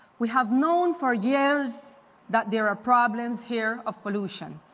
we have known for years that there are problems here of pollution.